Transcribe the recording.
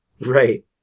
Right